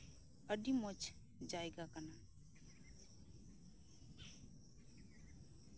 ᱟᱹᱰᱤ ᱢᱚᱸᱡ ᱡᱟᱭᱜᱟ ᱠᱟᱱᱟ